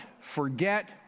forget